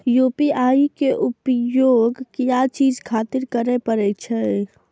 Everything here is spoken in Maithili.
यू.पी.आई के उपयोग किया चीज खातिर करें परे छे?